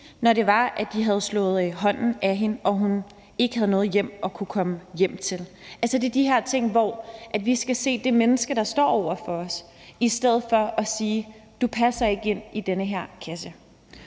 det hende, når vi slog hånden af hende og hun ikke havde noget hjem? Altså, det er de her ting, hvor vi skal se det menneske, der står over for os, i stedet for at sige: Du passer ikke ind i den her kasse.